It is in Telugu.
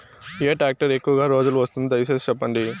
ఏ టాక్టర్ ఎక్కువగా రోజులు వస్తుంది, దయసేసి చెప్పండి?